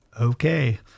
okay